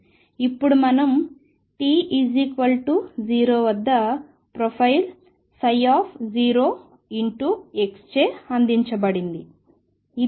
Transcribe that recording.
ఇప్పుడు మనం t 0 వద్ద ప్రొఫైల్ 0 చే అందించబడింది